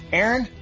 Aaron